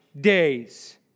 days